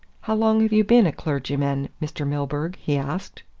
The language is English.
how long have you been a clergyman, mr. milburgh? he asked.